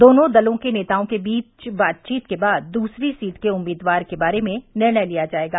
दोनों दलों के नेताओं के बीच बातचीत के बाद दूसरी सीट के उम्मीदवार के बारे में निर्णय लिया जाएगा